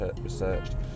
researched